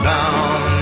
Down